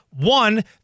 one